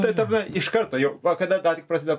tai tada iš karto jo va kada ką tik prasidėjo